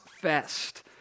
fest